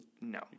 No